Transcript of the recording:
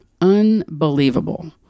unbelievable